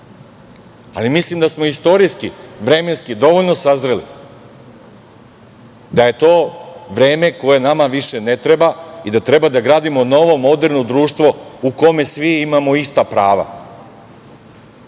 Ali, mislim da smo istorijski, vremenski dovoljno sazreli, da je to vreme koje nama više ne treba i da treba da gradimo novo, moderno društvo u kome svi imamo ista